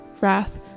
wrath